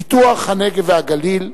"פיתוח הנגב והגליל",